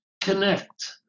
connect